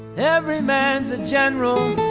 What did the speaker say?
every man's a general,